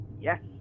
yes